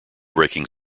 breaking